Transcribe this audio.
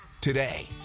today